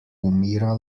umira